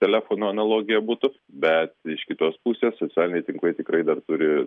telefonu analogija būtų bet iš kitos pusės socialiniai tinklai tikrai dar turi